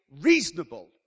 reasonable